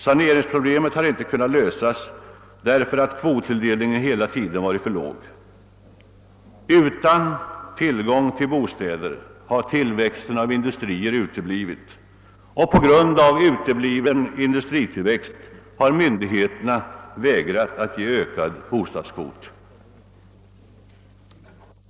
Saneringsproblemet har inte kunnat lösas därför att kvottilldelningen hela tiden varit för låg. Utan tillgång till bostäder har tillväxten av industrier uteblivit, och på grund av utebliven industritillväxt har myndigheterna vägrat att ge ökad bostadskvot.